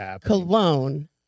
cologne